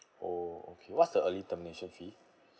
oh okay what's the early termination fee